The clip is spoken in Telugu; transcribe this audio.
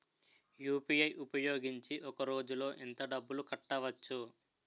యు.పి.ఐ ఉపయోగించి ఒక రోజులో ఎంత డబ్బులు కట్టవచ్చు?